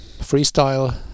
freestyle